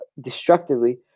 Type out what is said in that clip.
destructively